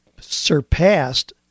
surpassed